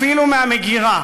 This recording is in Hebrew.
אפילו מהמגירה.